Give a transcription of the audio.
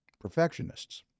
perfectionists